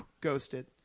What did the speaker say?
ghosted